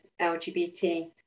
LGBT